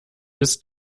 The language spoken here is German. ist